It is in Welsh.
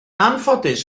anffodus